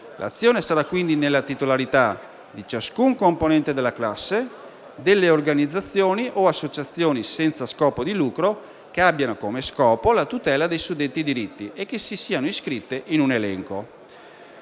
L'azione sarà quindi nella titolarità: di ciascun componente della classe, delle organizzazioni o associazioni senza scopo di lucro che abbiano come scopo la tutela dei suddetti diritti e che si siano iscritte in un elenco.